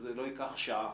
זה לא ייקח שעה.